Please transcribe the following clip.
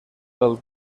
del